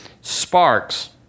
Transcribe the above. sparks